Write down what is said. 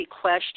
question